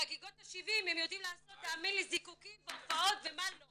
לחגיגות ה-70 תאמין לי הם יודעים לעשות זיקוקים והופעות ומה לא.